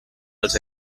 els